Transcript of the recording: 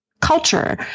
culture